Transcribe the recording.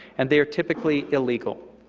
and they are typically illegal.